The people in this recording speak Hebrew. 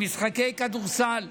למשחקי כדורסל,